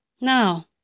now